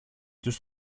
τους